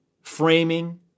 framing